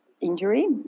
injury